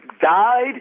died